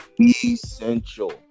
essential